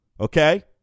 okay